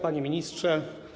Panie Ministrze!